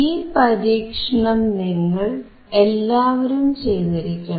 ഈ പരീക്ഷണം നിങ്ങൾ എല്ലാവരും ചെയ്തിരിക്കണം